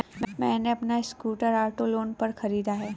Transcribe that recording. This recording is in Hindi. मैने अपना स्कूटर ऑटो लोन पर खरीदा है